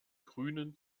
grünen